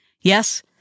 Yes